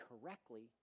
correctly